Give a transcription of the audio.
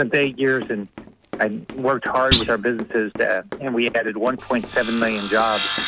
and eight years in i worked hard with our biz is dead and we added one point seven million jobs.